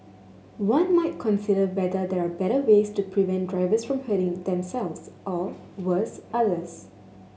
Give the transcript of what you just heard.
one might consider whether there are better ways to prevent drivers from hurting themselves or worse others